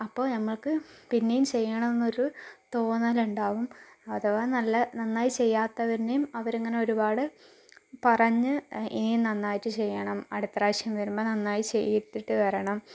അപ്പോൾ നമ്മൾക്ക് പിന്നെയും ചെയ്യണമെന്നൊരു തോന്നലുണ്ടാവും അഥവാ നല്ല നന്നായി ചെയ്യാത്തവരേയും അവരങ്ങനെ ഒരുപാട് പറഞ്ഞു ഇനിയും നന്നായിട്ട് ചെയ്യണം അടുത്ത പ്രാവശ്യം വരുമ്പോൾ നന്നായി ചെയ്തിട്ടുവരണം